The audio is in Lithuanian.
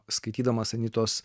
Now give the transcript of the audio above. skaitydamas anitos